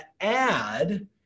add